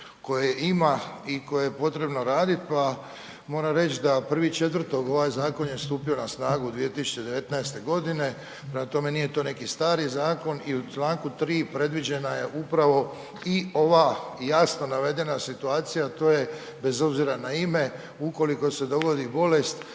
koje ima i koje je potrebno radit, pa moram reć da 1.4. ovaj zakon je stupio na snagu 2019.g., prema tome, nije to neki stari zakon i u čl. 3. predviđena je upravo i ova jasno navedena situacija, a to je bez obzira na ime, ukoliko se dogodi bolest